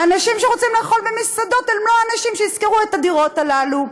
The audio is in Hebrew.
האנשים שרוצים לאכול במסעדות הם לא האנשים שישכרו את הדירות האלה,